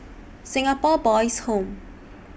Singapore Boys' Home